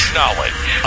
knowledge